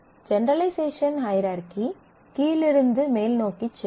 generalisation hierarchy கீழிருந்து மேல் நோக்கிச் செல்லும்